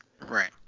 Right